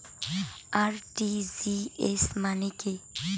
RTGS মানে কি?